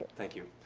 thank you.